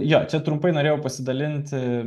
jo čia trumpai norėjau pasidalinti